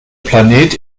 planet